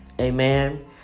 Amen